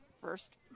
first